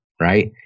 Right